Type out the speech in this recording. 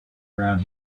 around